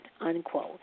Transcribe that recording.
unquote